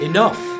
Enough